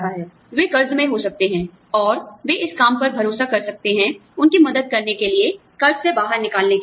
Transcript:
आपको पता है वे कर्ज में हो सकते हैं और वे इस काम पर भरोसा कर सकते हैं उनकी मदद करने के लिए कर्ज से बाहर निकलने के लिए